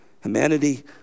Humanity